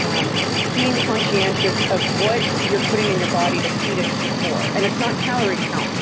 um being conscientious of what you're putting in your body to feed it to the core. and it's not calorie counting.